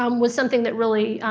um was something that really,